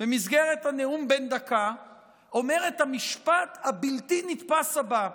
במסגרת הנאום בן דקה אומר את המשפט הבלתי-נתפס הבא: